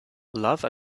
love